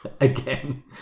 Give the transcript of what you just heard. again